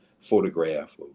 photograph